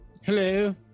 hello